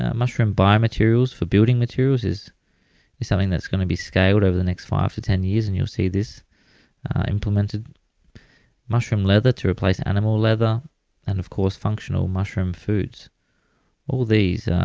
ah mushroom biomaterial for building materials is something that's going to be scaled over the next five to ten years and you'll see this implemented mushroom leather to replace animal leather and of course, functional mushroom foods all these,